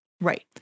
Right